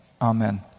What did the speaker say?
Amen